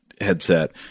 headset